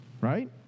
Right